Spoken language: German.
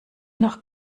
noch